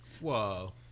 Whoa